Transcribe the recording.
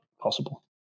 possible